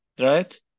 right